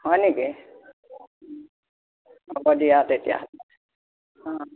হয় নেকি হব দিয়া তেতিয়া হ'লে অঁ